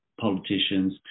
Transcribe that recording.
politicians